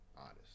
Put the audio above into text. honest